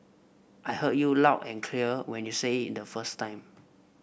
I heard you loud and clear when you said it the first time